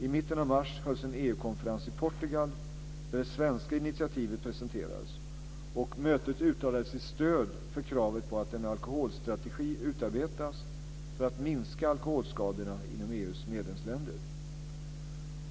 I mitten av mars hölls en EU-konferens i Portugal där det svenska initiativet presenterades, och mötet uttalade sitt stöd för kravet på att en alkoholstrategi utarbetas för att minska alkoholskadorna inom EU:s medlemsländer.